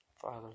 Father